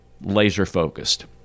laser-focused